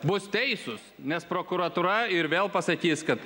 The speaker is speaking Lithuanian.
bus teisūs nes prokuratūra ir vėl pasakys kad